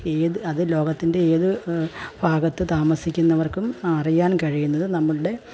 ഏത് അത് ലോകത്തിൻ്റെ ഏത് ഭാഗത്ത് താമസിക്കുന്നവർക്കും അറിയാൻ കഴിയുന്നത് നമ്മളുടെ